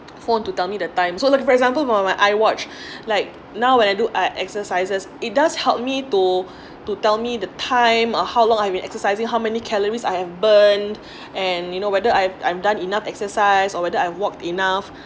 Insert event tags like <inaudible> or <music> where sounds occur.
phone to tell me the time so let's for example like iwatch <breath> like now when I do exercises it does help me to <breath> to tell me the time or how long I been exercising how many calories I've burned <breath> and you know whether I've I've done enough exercise or whether I've worked enough